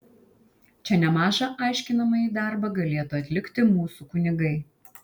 čia nemažą aiškinamąjį darbą galėtų atlikti mūsų kunigai